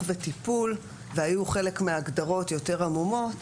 וטיפול והיו חלק מהגדרות יותר עמומות,